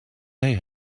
they